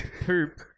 poop